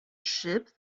ship